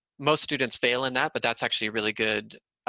most students fail in that, but that's actually really good.